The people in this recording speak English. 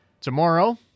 tomorrow